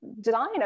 design